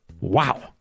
Wow